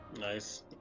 Nice